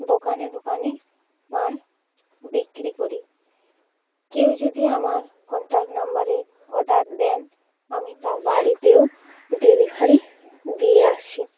দোকানে দোকানে মাল বিক্রি করি কেউ যদি আমার কন্ট্যাক্ট নম্বরে অর্ডার দেন আমি তার বাড়িতেও ডেলিভারি দিয়ে আসি